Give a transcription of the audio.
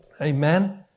Amen